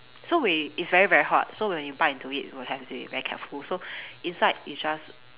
so we it's very very hot so when you bite into it you will have to be very careful so inside is just